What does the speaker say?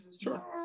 Sure